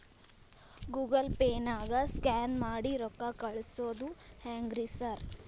Google ಪೇನಾಗ scan ಮಾಡಿ ರೊಕ್ಕಾ ಕಳ್ಸೊದು ಹೆಂಗ್ರಿ ಸಾರ್?